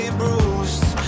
bruised